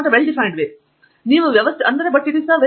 ಹೇಗಾದರೂ ಪ್ರತಿ ಹಂತದಲ್ಲಿಯೂ ಅದು ಮಾಡುವ ಒಂದು ವ್ಯವಸ್ಥಿತ ಮಾರ್ಗವಿದೆ